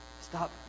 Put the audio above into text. stop